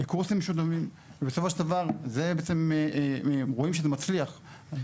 בסופו של דבר רואים שזה מצליח.